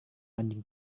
anjing